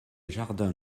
jardin